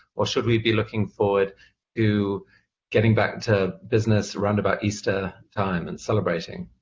or should we be looking forward to getting back to business around about easter time and celebrating?